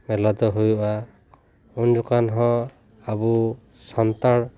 ᱢᱮᱞᱟ ᱫᱚ ᱦᱩᱭᱩᱜᱼᱟ ᱩᱱ ᱡᱚᱠᱷᱚᱱ ᱦᱚᱸ ᱟᱵᱚ ᱥᱟᱱᱛᱟᱲ